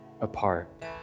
apart